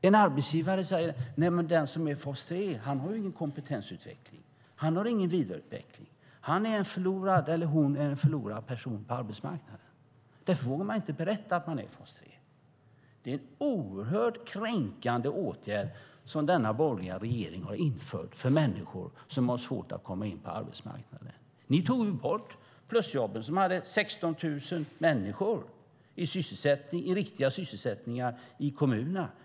En arbetsgivare säger: Den som är i fas 3 har ingen kompetensutveckling, han har ingen vidareutveckling, han eller hon är en förlorad person på arbetsmarknaden. Därför vågar man inte berätta att man är i fas 3. Det är en oerhört kränkande åtgärd som denna borgerliga regering har infört för människor som har svårt att komma in på arbetsmarknaden. Ni tog bort plusjobben, som hade 16 000 människor i riktiga sysselsättningar i kommunerna.